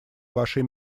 вашей